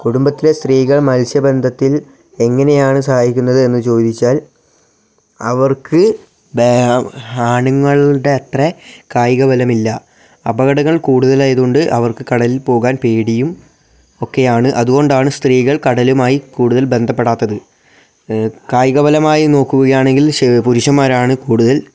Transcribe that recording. കുടുമ്പത്തിലേ സ്ത്രീകൾ മത്സ്യബന്ധനത്തിൽ എങ്ങനെയാണ് സഹായിക്കുന്നത് എന്ന് ചോദിച്ചാൽ അവർക്ക് ആണുങ്ങളുടെ അത്ര കായികബലമില്ല അപകടങ്ങൾ കൂടുതലായത് കൊണ്ട് അവർക്ക് കടലിൽപ്പോകാൻ പേടിയും ഒക്കെയാണ് അതുകൊണ്ടാണ് സ്ത്രീകൾ കടലുമായി കൂട്തൽ ബന്ധപ്പെടാത്തത് കായികബലമായി നോക്കുകയാണെങ്കിൽ പുരുഷന്മാരാണ് കൂടുതൽ